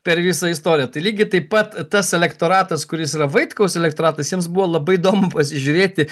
per visą istoriją tai lygiai taip pat tas elektoratas kuris yra vaitkaus elektoratas jiems buvo labai įdomu pasižiūrėti